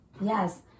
Yes